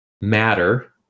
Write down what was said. matter